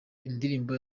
indirimbo